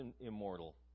immortal